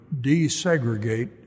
desegregate